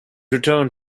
return